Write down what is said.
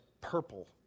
purple